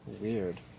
Weird